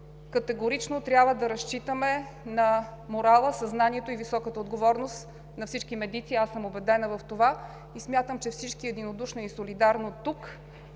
категорично трябва да разчитаме на морала, съзнанието и високата отговорност на всички медици. Аз съм убедена в това и смятам, че всички единодушно и солидарно тук